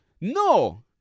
No